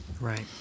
Right